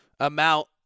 Amount